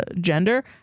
gender